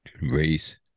race